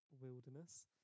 wilderness